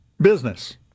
business